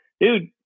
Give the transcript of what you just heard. Dude